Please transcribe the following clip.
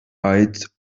ait